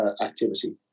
activity